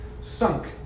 sunk